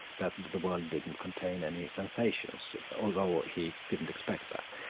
that the world didn't contain any sensations, although he didn't expect that.